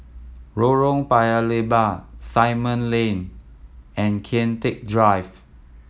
Lorong Paya Lebar Simon Lane and Kian Teck Drive